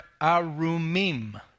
arumim